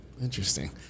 interesting